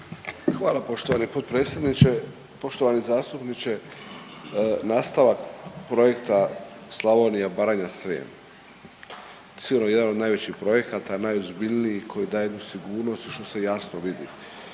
Hvala poštovani potpredsjedniče. Poštovani zastupniče, nastavak projekta Slavonija, Baranja i Srijem sigurno jedan od najvećih projekata najozbiljniji koji daje jednu sigurnost što se jasno vidi.